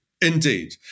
Indeed